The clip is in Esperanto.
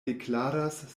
deklaras